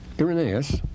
Irenaeus